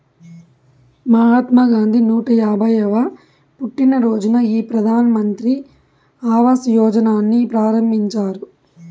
మహాత్మా గాంధీ నూట యాభైయ్యవ పుట్టినరోజున ఈ ప్రధాన్ మంత్రి ఆవాస్ యోజనని ప్రారంభించారు